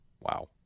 Wow